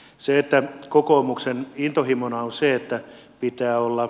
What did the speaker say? se että kokoomuksen intohimona on se että pitää olla